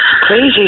Crazy